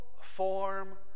form